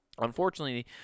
Unfortunately